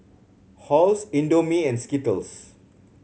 Halls Indomie and Skittles